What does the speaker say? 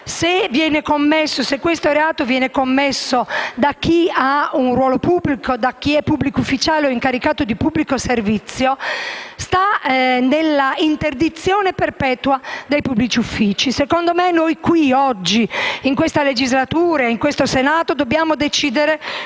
di questo reato nel caso venga commesso da chi ha un ruolo pubblico, da chi è pubblico ufficiale o incaricato di pubblico servizio, richiede l'interdizione perpetua dai pubblici uffici. Noi oggi in questa legislatura e in questo Senato dobbiamo decidere